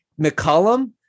McCollum